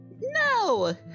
no